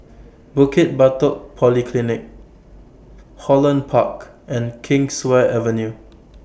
Bukit Batok Polyclinic Holland Park and Kingswear Avenue